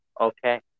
Okay